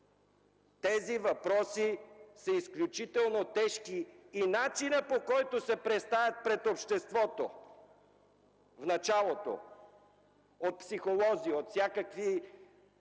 Тези въпроси са изключително тежки и начинът, по който се представят пред обществото, в началото – от психолози и от всякакви